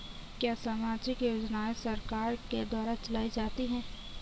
क्या सामाजिक योजनाएँ सरकार के द्वारा चलाई जाती हैं?